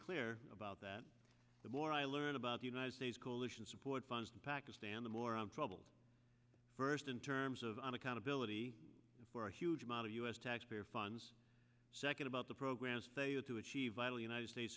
clear about that the more i learn about the united states coalition support funds to pakistan the more i'm troubled first in terms of on accountability for a huge amount of u s taxpayer funds second about the program's failure to achieve vital united states